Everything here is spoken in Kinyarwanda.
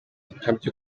nkabyo